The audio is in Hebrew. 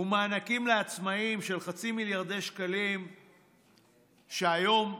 ומענקים לעצמאים של חצי מיליארד שקלים שהיום ניתנו,